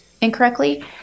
incorrectly